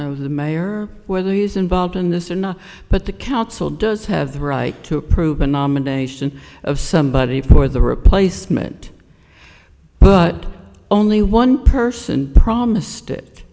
of the mayor whether he's involved in this or not but the council does have the right to approve a nomination of somebody for the replacement but only one person promised it